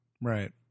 Right